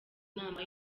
inama